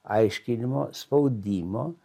aiškinimo spaudimo